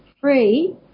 free